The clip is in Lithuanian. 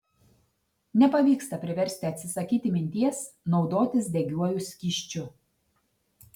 nepavyksta priversti atsisakyti minties naudotis degiuoju skysčiu